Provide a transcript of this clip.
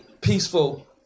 peaceful